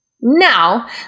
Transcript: Now